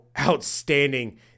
outstanding